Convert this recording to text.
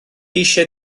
eisiau